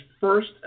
first